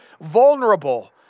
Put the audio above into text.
vulnerable